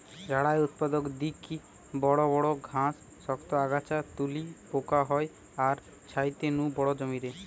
ঝাড়াই উৎপাটক দিকি বড় বড় ঘাস, শক্ত আগাছা তুলি পোকা হয় তার ছাইতে নু বড় জমিরে